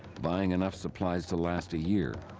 buying enough supplies to last a year.